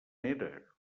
era